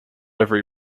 every